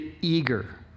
eager